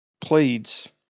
pleads